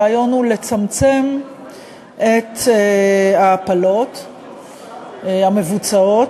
הרעיון הוא לצמצם את ההפלות המבוצעות,